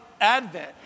Advent